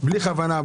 בלי כוונה,